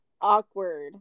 awkward